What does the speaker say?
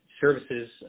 services